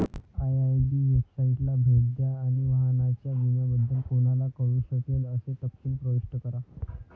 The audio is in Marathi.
आय.आय.बी वेबसाइटला भेट द्या आणि वाहनाच्या विम्याबद्दल कोणाला कळू शकेल असे तपशील प्रविष्ट करा